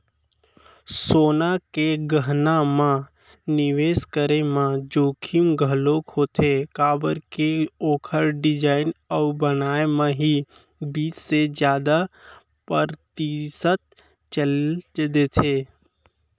सोना के गहना म निवेस करे म जोखिम घलोक होथे काबर के ओखर डिजाइन अउ बनाए म ही बीस ले जादा परतिसत चल देथे